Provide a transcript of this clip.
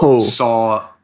saw